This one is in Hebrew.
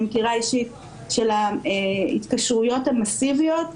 מכירה אישית של ההתקשרויות המסיביות,